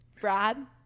Brad